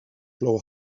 blow